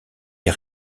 des